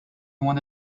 want